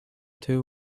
two